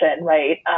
right